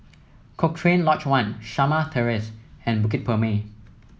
Cochrane Lodge One Shamah Terrace and Bukit Purmei